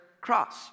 cross